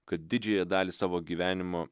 kad didžiąją dalį savo gyvenimo